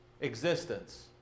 existence